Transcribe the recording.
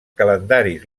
calendaris